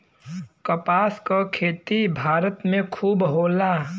कपास क खेती भारत में खूब होला